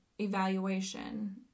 evaluation